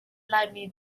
laimi